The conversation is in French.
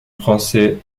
français